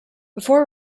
before